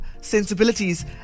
sensibilities